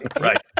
Right